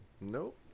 Nope